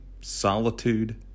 solitude